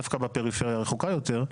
דווקא בפריפריה הרחוקה יותר,